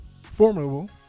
formidable